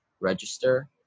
register